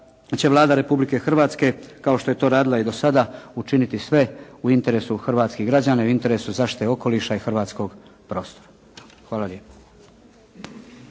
Vlada Republike Hrvatske kao što je to radila i do sada učiniti sve u interesu hrvatskih građana i u interesu zaštite okoliša i hrvatskog prostora. Hvala lijepo.